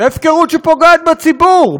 הפקרות שפוגעת בציבור.